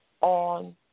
on